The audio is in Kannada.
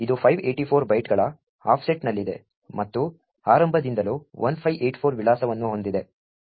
ಆದ್ದರಿಂದ ಇದು 584 ಬೈಟ್ಗಳ ಆಫ್ಸೆಟ್ನಲ್ಲಿದೆ ಮತ್ತು ಆರಂಭದಿಂದಲೂ 1584 ವಿಳಾಸವನ್ನು ಹೊಂದಿದೆ